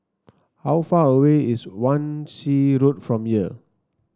how far away is Wan Shih Road from here